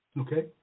Okay